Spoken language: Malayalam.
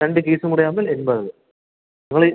രണ്ട് കേസും കൂടെയാവുമ്പോൾ എൺപത് നിങ്ങൾ